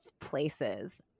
places